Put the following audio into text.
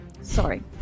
Sorry